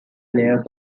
player